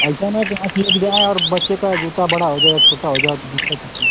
ऐसा ना का कि यहाँ से लेके जाएँ और बच्चे का जूता बड़ा हो जाए या छोटा हो जाए तो दिक्कत होगी